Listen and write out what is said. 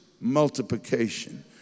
multiplication